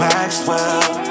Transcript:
Maxwell